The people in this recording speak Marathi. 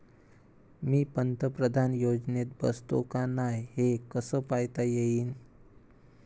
मी पंतप्रधान योजनेत बसतो का नाय, हे कस पायता येईन?